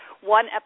one